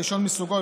הראשון מסוגו,